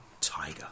Tiger